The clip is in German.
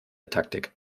taktik